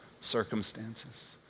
circumstances